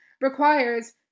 requires